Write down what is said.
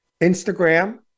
Instagram